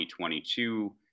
2022